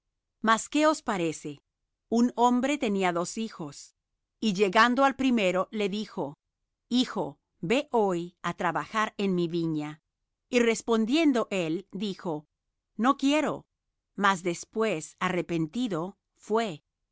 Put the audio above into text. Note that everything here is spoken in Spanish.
mas qué os parece un hombre tenía dos hijos y llegando al primero le dijo hijo ve hoy á trabajar en mi viña y respondiendo él dijo no quiero mas después arrepentido fué